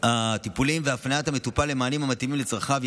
הטיפוליים והפניית המטופל למענים המתאימים לצרכיו,